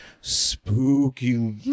Spooky